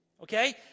okay